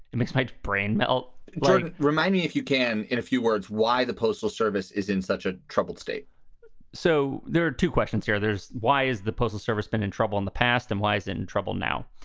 it makes my brain melt remind me, if you can, in a few words, why the postal service is in such a troubled state so there are two questions here. why is the postal service been in trouble in the past and why is and in trouble now?